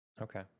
okay